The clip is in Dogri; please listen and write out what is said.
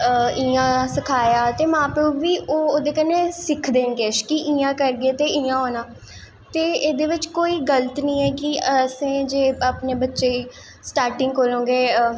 इयां सखाया ते मां प्यो बी ओह्दे कन्नैं सिक्खदे न कि इयां करगे ते इयां होनां ते एह्दे बिच्च कोई गल्त नी ऐ कि असें जे अपनें बच्चे गी स्टार्टिंग कोला दा गै